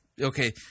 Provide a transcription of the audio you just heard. Okay